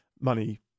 money